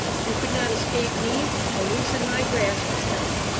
you could not escape me or loosen my grasp to-night